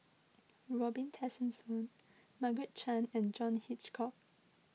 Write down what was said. Robin Tessensohn Margaret Chan and John Hitchcock